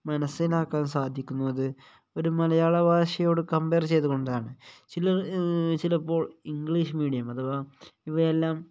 മനസ്സിലാക്കാൻ സാധിക്കുന്നത് ഒരു മലയാള ഭാഷയോട് കമ്പയർ ചെയ്തുകൊണ്ടാണ് ചിലപ്പോൾ ഇംഗ്ലീഷ് മീഡിയം അഥവാ ഇവയെല്ലാം